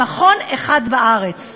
למכון אחד בארץ.